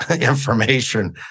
information